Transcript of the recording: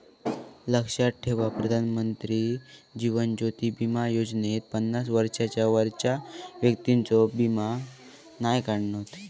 लक्षात ठेवा प्रधानमंत्री जीवन ज्योति बीमा योजनेत पन्नास वर्षांच्या वरच्या व्यक्तिंचो वीमो नाय काढणत